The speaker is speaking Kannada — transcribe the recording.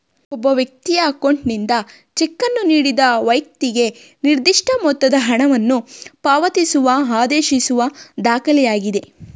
ಒಬ್ಬ ವ್ಯಕ್ತಿಯ ಅಕೌಂಟ್ನಿಂದ ಚೆಕ್ ಅನ್ನು ನೀಡಿದ ವೈಕ್ತಿಗೆ ನಿರ್ದಿಷ್ಟ ಮೊತ್ತದ ಹಣವನ್ನು ಪಾವತಿಸುವ ಆದೇಶಿಸುವ ದಾಖಲೆಯಾಗಿದೆ